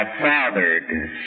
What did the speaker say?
fathered